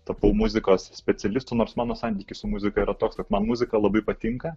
tapau muzikos specialistu nors mano santykis su muzika yra toks kad man muzika labai patinka